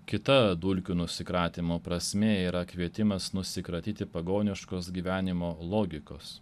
kita dulkių nusikratymo prasmė yra kvietimas nusikratyti pagoniškos gyvenimo logikos